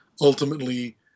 ultimately